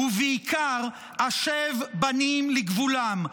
ובעיקר השב בנים לגבולם,